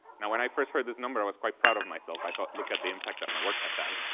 now, when i first heard this number i was quite proud of myself. i thought, look at the impact that my work has done.